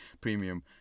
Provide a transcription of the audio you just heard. Premium